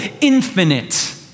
infinite